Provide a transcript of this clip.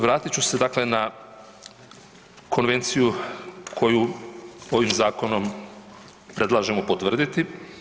Vratiti ću se dakle na konvenciju koju ovim zakonom predlažemo potvrditi.